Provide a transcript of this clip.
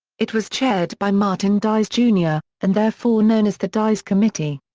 it was chaired by martin dies jr, and therefore known as the dies committee.